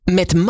Met